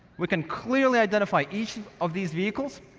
we can clearly identify each of these vehicles,